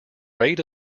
rate